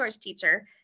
teacher